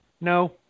No